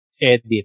Edit